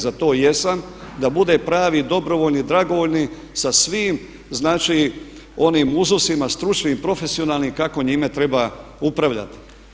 Za to jesam da bude pravi dobrovoljni, dragovoljni sa svim znači onim uzusima stručni i profesionalni kako njime treba upravljati.